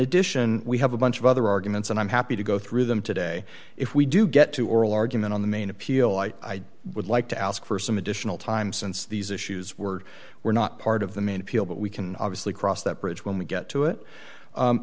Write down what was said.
addition we have a bunch of other arguments and i'm happy to go through them today if we do get to oral argument on the main appeal i would like to ask for some additional time since these issues were were not part of the main appeal but we can obviously cross that bridge when we get to it